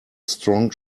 strong